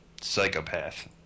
psychopath